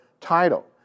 title